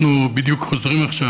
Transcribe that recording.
אנחנו בדיוק חוזרים עכשיו,